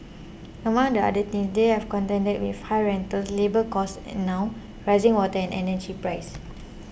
among the other things they have contend with high rentals labour costs and now rising water and energy prices